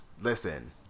Listen